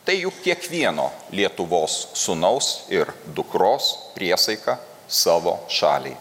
tai juk kiekvieno lietuvos sūnaus ir dukros priesaika savo šaliai